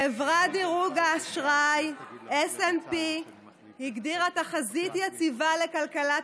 חברת דירוג האשראי P&S הגדירה תחזית יציבה לכלכלת